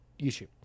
YouTube